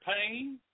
pain